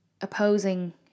opposing